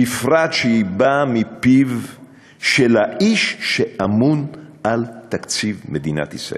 בפרט כשהיא באה מפיו של האיש שאמון על תקציב מדינת ישראל.